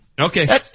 okay